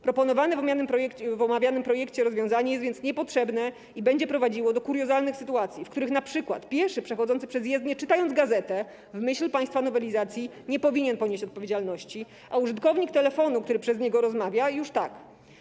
Proponowane w omawianym projekcie rozwiązanie jest więc niepotrzebne i będzie prowadziło do kuriozalnych sytuacji, gdy np. pieszy, który przechodząc przez jezdnię, czyta gazetę, w myśl państwa nowelizacji nie powinien ponieść odpowiedzialności, a użytkownik telefonu, który przez niego rozmawia - już tak.